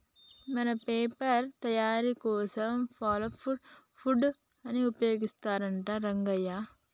మన పేపర్ తయారీ కోసం పల్ప్ వుడ్ ని ఉపయోగిస్తారంట రంగయ్య